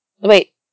Wait